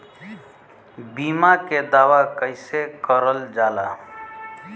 बीमा के दावा कैसे करल जाला?